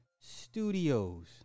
Studios